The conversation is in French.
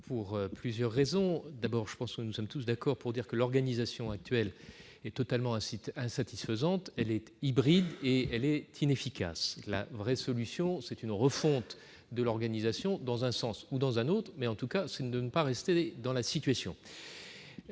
pour plusieurs raisons. Je pense que nous sommes tous d'accord pour dire que l'organisation actuelle est totalement insatisfaisante. Elle est hybride et inefficace. La vraie solution, c'est une refonte de l'organisation dans un sens ou dans un autre. En tout cas, on ne peut pas rester dans la situation